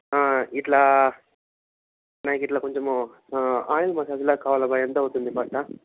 ఇట్లా నాకు ఇట్లా కొంచెము ఆయిల్ మసాజ్లా కావాలి ఎంతవుతుంది అట్ల